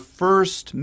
first